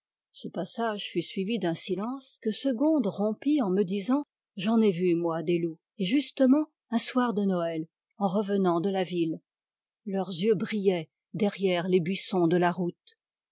ce passage fut suivi d'un silence que segonde rompit en me disant j'en ai vu moi des loups et justement un soir de noël en revenant de la ville leurs yeux brillaient derrière les buissons de la route